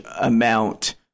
amount